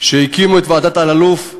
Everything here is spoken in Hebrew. כשהקימו את ועדת אלאלוף,